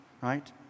right